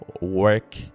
work